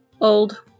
Old